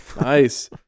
nice